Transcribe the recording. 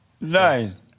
nice